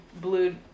blue